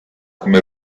come